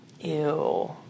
Ew